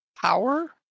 power